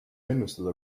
ennustada